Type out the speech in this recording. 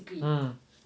hmm